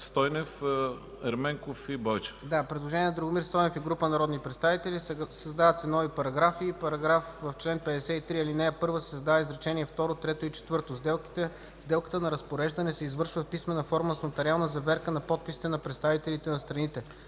Стойнев, Ерменков и Бойчев,